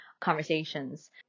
conversations